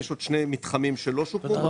יש עוד שני מתחמים שלא סוכמו.